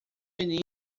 menino